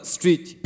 Street